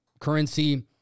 currency